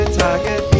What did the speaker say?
target